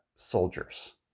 Soldiers